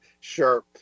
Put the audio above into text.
Sure